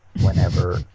whenever